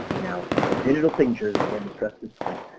now with digital signatures, again to stress this point,